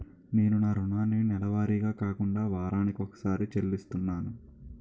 నేను నా రుణాన్ని నెలవారీగా కాకుండా వారాని కొక్కసారి చెల్లిస్తున్నాను